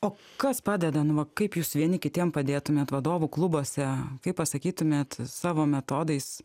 o kas padeda nuva kaip jūs vieni kitiem padėtumėte vadovų klubuose kaip pasakytumėt savo metodais